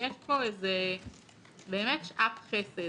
יש פה באמת איזו שעת חסד